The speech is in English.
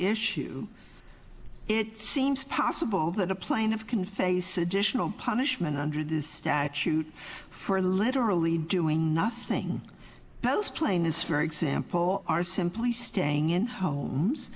issue it seems possible that a plan of can face additional punishment hundred is statute for literally doing nothing post line is for example are simply staying in homes